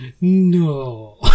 No